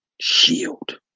Shield